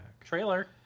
trailer